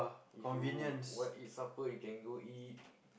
if you want eat supper you can go eat